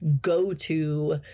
go-to